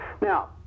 now